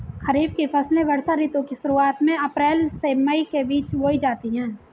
खरीफ की फसलें वर्षा ऋतु की शुरुआत में अप्रैल से मई के बीच बोई जाती हैं